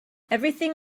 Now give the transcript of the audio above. everything